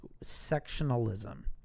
sectionalism